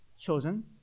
chosen